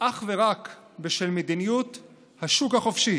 אך ורק בשל מדיניות השוק החופשי